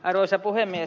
arvoisa puhemies